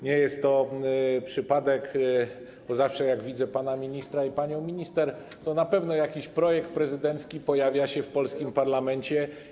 Nie jest to przypadek, bo zawsze, gdy widzę pana ministra i panią minister, wiem, że na pewno jakiś projekt prezydencki pojawia się w polskim parlamencie.